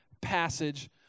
passage